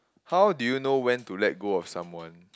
how do you know when to let go of someone